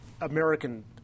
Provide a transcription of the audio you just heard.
american